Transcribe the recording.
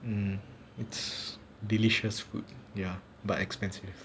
mm it's delicious food ya but expensive